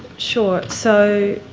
sure. so